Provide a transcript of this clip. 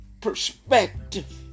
perspective